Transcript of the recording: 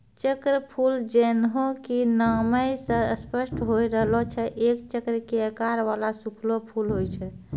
चक्रफूल जैन्हों कि नामै स स्पष्ट होय रहलो छै एक चक्र के आकार वाला सूखलो फूल होय छै